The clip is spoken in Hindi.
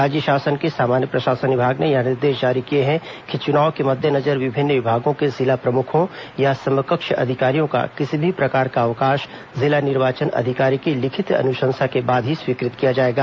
राज्य शासन के सामान्य प्रशासन विभाग ने यह निर्देश जारी किए हैं कि चुनाव के मद्देनजर विभिन्न विभागों के जिला प्रमुखों या समकक्ष अधिकारियों का किसी भी प्रकार का अवकाश जिला निर्वाचन अधिकारी की लिखित अनुशंसा के बाद ही स्वीकृत किया जाएगा